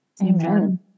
Amen